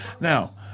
Now